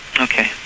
Okay